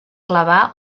clavar